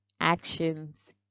actions